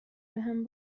بهم